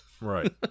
Right